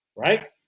right